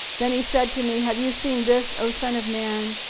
then he said to me, have you seen this, o son of man?